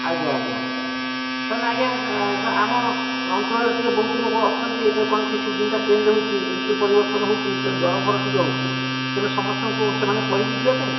ଆଜ୍ଞା ଆଜ୍ଞା ତାହେଲେ ଆଜ୍ଞା ଆମ ଅଞ୍ଚଳରେ ଟିକିଏ ବହୁତ ଲୋକ ଅଛନ୍ତି ଏବେ କ'ଣ କି ସିଜିନ୍ଟା ଚେଞ୍ଜ୍ ହେଉଛି ଋତୁ ପରିବର୍ତ୍ତନ ହେଉଛି ତେଣୁ ଜ୍ୱରଫର ଟିକିଏ ହେଉଛି ତେଣୁ ସମସ୍ତଙ୍କୁ ସେମାନଙ୍କୁ କହିବି ଯିବାପାଇଁ